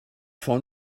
for